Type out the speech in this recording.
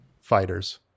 fighters